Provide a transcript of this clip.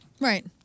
Right